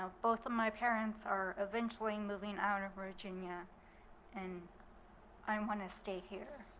both of my parents are eventually moving out of virginia and i want to stay here.